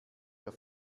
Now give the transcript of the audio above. wir